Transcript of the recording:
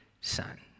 Son